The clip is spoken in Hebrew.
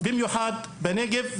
במיוחד בנגב,